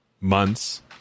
months